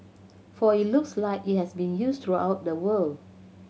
for it looks like it has been used throughout the world